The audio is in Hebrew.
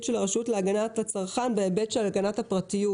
של הרשות להגנת הצרכן בהיבט של הגנת הפרטיות